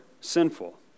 sinful